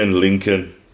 Lincoln